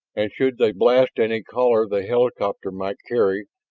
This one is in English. and should they blast any caller the helicopter might carry,